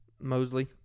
Mosley